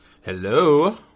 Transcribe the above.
Hello